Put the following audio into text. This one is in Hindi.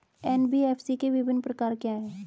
एन.बी.एफ.सी के विभिन्न प्रकार क्या हैं?